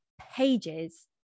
pages